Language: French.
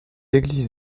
église